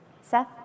Seth